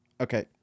Okay